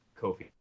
Kofi